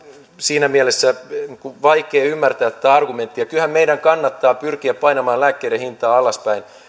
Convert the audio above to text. siinä mielessä on vaikea ymmärtää tätä argumenttia kyllähän meidän kannattaa pyrkiä painamaan lääkkeiden hintaa alaspäin